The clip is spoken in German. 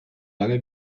lange